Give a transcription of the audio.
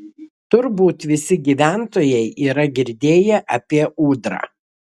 turbūt visi gyventojai yra girdėję apie ūdrą